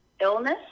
illness